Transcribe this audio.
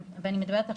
ואני מדברת עכשיו,